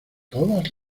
todas